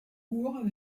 cours